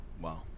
Wow